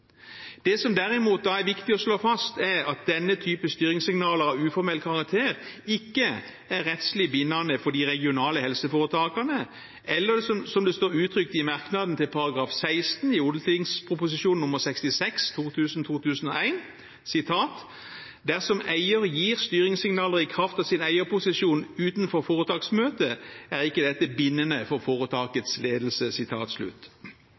Det som derimot da er viktig å slå fast, er at denne typen styringssignaler av uformell karakter ikke er rettslig bindende for de regionale helseforetakene, eller som det står uttrykt i merknaden til § 16 i Ot.prp. nr. 66 for 2000–2001: «Dersom eier gir styringssignaler i kraft av sin eierposisjon utenfor foretaksmøtet er ikke dette bindende for foretakets ledelse.»